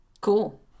Cool